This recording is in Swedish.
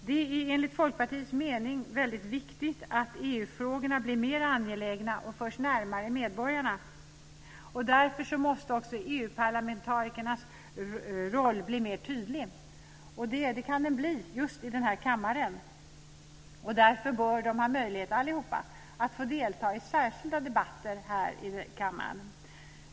Det är enligt Folkpartiets mening viktigt att EU-frågorna blir mer angelägna och förs närmare medborgarna. Därför måste också EU-parlamentarikernas roll bli mer tydlig, och det kan den bli just i den här kammaren. Därför bör de allihop ha möjlighet att delta i särskilda debatter här i kammaren.